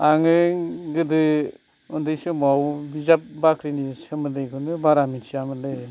आङो गोदो उन्दै समाव बिजाब बाख्रिनि सोमोन्दैखौनो बारा मिन्थियामोनलै